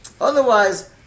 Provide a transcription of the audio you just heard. Otherwise